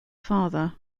father